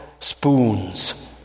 Spoons